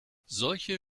solche